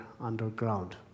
underground